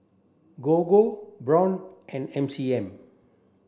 Gogo Braun and M C M